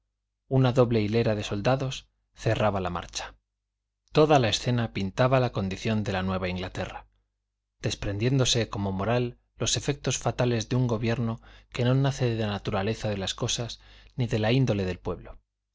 una doble hilera de soldados cerraba la marcha toda la escena pintaba la condición de la nueva inglaterra desprendiéndose como moral los efectos fatales de un gobierno que no nace de la naturaleza de las cosas ni de la índole del pueblo